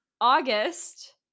August